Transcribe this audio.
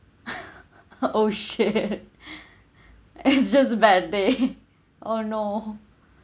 oh shit it just a bad day oh no